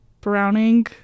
browning